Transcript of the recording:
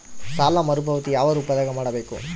ಸಾಲ ಮರುಪಾವತಿ ಯಾವ ರೂಪದಾಗ ಮಾಡಬೇಕು?